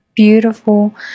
beautiful